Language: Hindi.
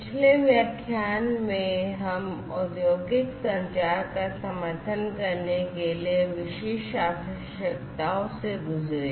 पिछले व्याख्यान में हमने औद्योगिक संचार का समर्थन करने के लिए विशिष्ट आवश्यकताओं को देखा है